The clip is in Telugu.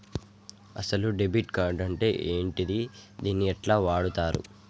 అసలు డెబిట్ కార్డ్ అంటే ఏంటిది? దీన్ని ఎట్ల వాడుతరు?